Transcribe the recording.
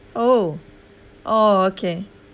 oh oh okay